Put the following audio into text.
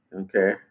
Okay